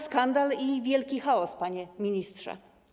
Skandal i wielki chaos, panie ministrze.